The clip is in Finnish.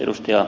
salolle